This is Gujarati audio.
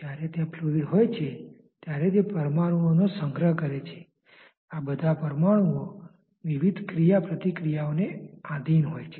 જ્યારે ત્યાં ફ્લુઈડ હોય છે ત્યારે તે પરમાણુઓનો સંગ્રહ કરે છે આ બધા પરમાણુઓ વિવિધ ક્રિયાપ્રતિક્રિયાઓને આધિન હોય છે